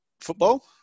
Football